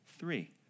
Three